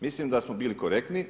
Mislim da smo bili korektni.